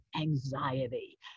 anxiety